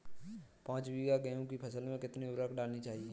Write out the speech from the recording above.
पाँच बीघा की गेहूँ की फसल में कितनी उर्वरक डालनी चाहिए?